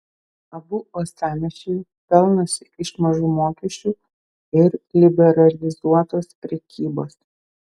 abu uostamiesčiai pelnosi iš mažų mokesčių ir liberalizuotos prekybos